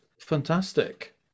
fantastic